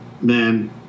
man